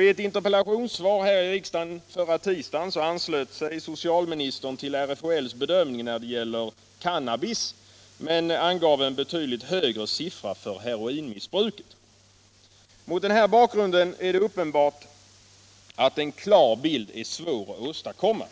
I ett interpellationssvar här i riksdagen förra tisdagen anslöt sig socialministern till RFHL:s bedömning när det gäller cannabis, men angav en betydligt högre siffra för heroinmissbruket. Mot den här bakgrunden är det uppenbart att en klar bild är svår att åstadkomma.